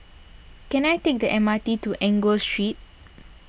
can I take the M R T to Enggor Street